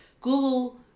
Google